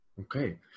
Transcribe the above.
okay